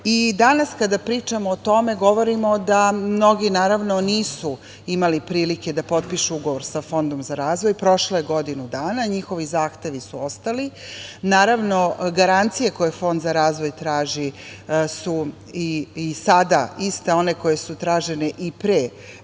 danas kada pričamo o tome govorimo da mnogi, naravno, nisu imali prilike da potpišu ugovor sa Fondom sa razvoj. Prošlo je godinu dana, njihovi zahtevi su ostali. Naravno, garancije koje Fond za razvoj traži su i sada iste one koje su tražene i pre